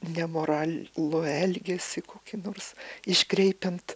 nemoralų elgesį kokį nors iškreipiant